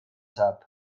saab